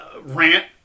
rant